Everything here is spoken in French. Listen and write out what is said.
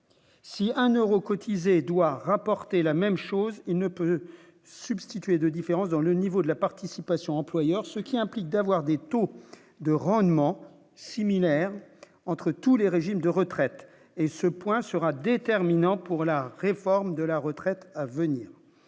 si un Euro cotisé Édouard rapporté la même chose, il ne peut substituer de différences dans le niveau de la participation employeur, ce qui implique d'avoir des taux de rendement similaire entre tous les régimes de retraite et ce point sera déterminant pour la réforme de la retraite à venir